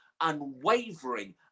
unwavering